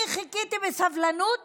אני חיכיתי בסבלנות